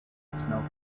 smelled